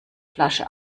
flasche